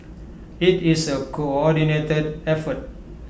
IT is A coordinated effort